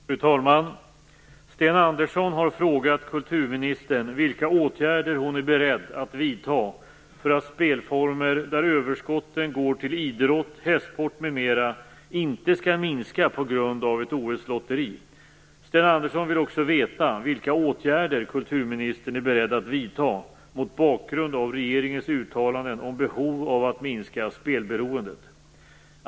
Fru talman! Sten Andersson har frågat kulturministern vilka åtgärder hon är beredd att vidta för att spelformer där överskotten går till idrott, hästsport m.m. inte skall minska på grund av ett OS-lotteri. Sten Andersson vill också veta vilka åtgärder kulturministern är beredd att vidta mot bakgrund av regeringens uttalanden om behov av att minska spelberoendet.